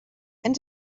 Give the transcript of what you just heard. and